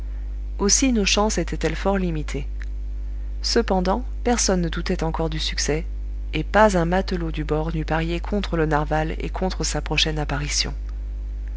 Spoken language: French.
aussi nos chances étaient-elles fort limitées cependant personne ne doutait encore du succès et pas un matelot du bord n'eût parié contre le narwal et contre sa prochaine apparition